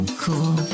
cool